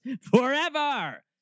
forever